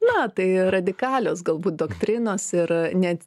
na tai radikalios galbūt doktrinos ir net